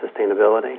sustainability